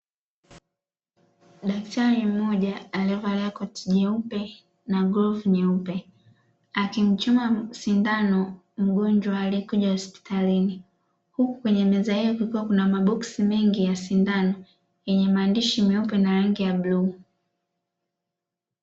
Daktari mmoja aliyevalia koti jeupe na glavu nyeupe, akimchoma sindano mgonjwa aliyekuja hospitalini, huku kwenye meza hiyo kukiwa kuna maboksi mengi ya sindano yenye maandishi meupe na rangi ya bluu.